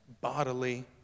bodily